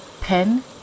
Pen